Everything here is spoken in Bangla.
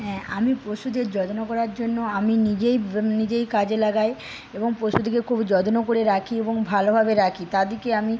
হ্যাঁ আমি পশুদের যত্ন করার জন্য আমি নিজেই নিজেই কাজে লাগাই এবং পশুদিকে খুব যত্ন করে রাখি এবং ভালোভাবে রাখি তাদেরকে আমি